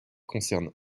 concerne